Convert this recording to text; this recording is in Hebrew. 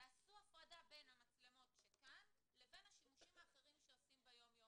שנעשה הפרדה בין המצלמות שכאן ובין השימושים האחרים שעושים ביום יום,